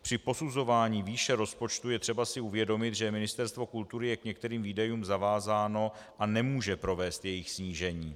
Při posuzování výše rozpočtu je třeba si uvědomit, že Ministerstvo kultury je k některým výdajům zavázáno a nemůže provést jejich snížení.